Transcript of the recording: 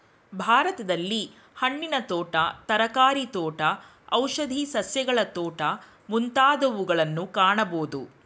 ಭಾರತದಲ್ಲಿ ಹಣ್ಣಿನ ತೋಟ, ತರಕಾರಿ ತೋಟ, ಔಷಧಿ ಸಸ್ಯಗಳ ತೋಟ ಮುಂತಾದವುಗಳನ್ನು ಕಾಣಬೋದು